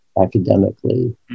academically